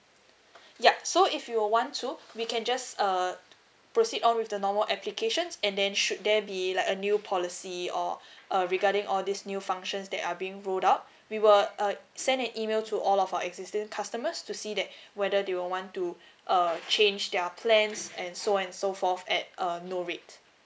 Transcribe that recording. ya so if you want to we can just uh proceed on with the normal applications and then should there be like a new policy or uh regarding all these new functions that are being ruled out we were uh send an email to all of our existing customers to see that whether they will want to uh change their plans and so and so forth at err no rate